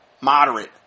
moderate